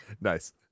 Nice